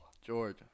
Georgia